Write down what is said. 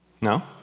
No